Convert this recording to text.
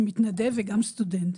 שמתנדב וגם סטודנט.